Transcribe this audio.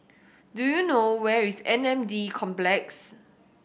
do you know where is M N D Complex